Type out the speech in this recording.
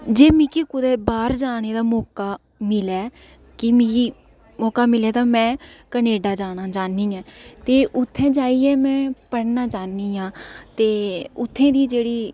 जे मिगी कुदै बाह्र जाने दा मौका मिलै कि मीगी मौका मिलै तां में कनेडा जाना चाह्न्नी आं ते उत्थै जाइयै में पढ़ना चाह्न्नी आं ते उत्थूं दी जेह्ड़ी